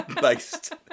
based